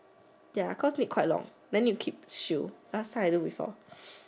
ya cause need quite long then need to keep tissue last time I do before